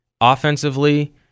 Offensively